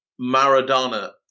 Maradona